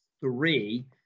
three